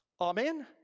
Amen